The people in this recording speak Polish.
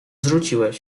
zrzuciłeś